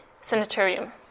Sanatorium